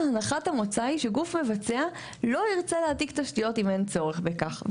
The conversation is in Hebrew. הנחת המוצא היא שגוף מבצע לא ירצה להעתיק תשתיות אם אין צורך בכך.